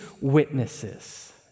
witnesses